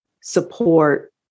support